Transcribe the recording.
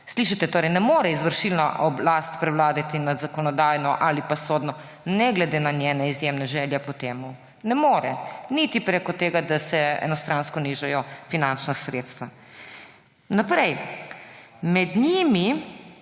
Slišite torej? Ne more izvršilna oblast prevladati nad zakonodajno ali pa sodno ne glede na njene izjemne želje po tem. Ne more niti prek tega, da se enostransko nižajo finančna sredstva. Naprej: »Med njimi